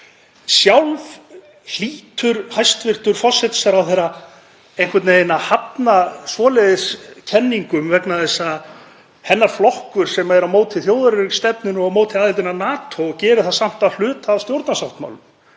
Sjálf hlýtur hæstv. forsætisráðherra einhvern veginn að hafna svoleiðis kenningum vegna þess að hennar flokkur, sem er á móti þjóðaröryggisstefnunni og á móti aðildinni að NATO, gerir það samt að hluta af stjórnarsáttmálanum.